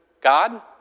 God